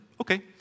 Okay